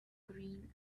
green